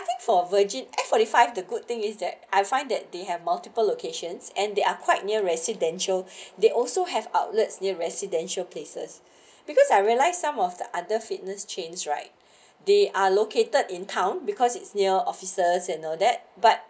I think for virgin F forty five the good thing is that I find that they have multiple locations and they are quite near residential they also have outlets near residential places because I realized some of the other fitness chains right they are located in town because it's near officers and all that but